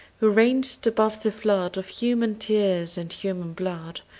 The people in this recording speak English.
who reignst above the flood of human tears and human blood,